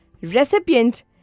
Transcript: recipient